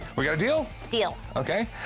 we got a deal? deal. ok.